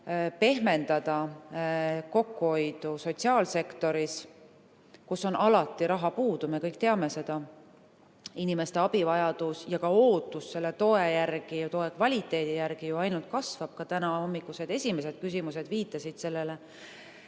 pehmendada kokkuhoidu sotsiaalsektoris, kus alati on raha puudu, me kõik teame seda. Inimeste abivajadus ja ka ootus toe järele ja toe kvaliteedi järele ju ainult kasvab, ka tänahommikused esimesed küsimused viitasid sellele.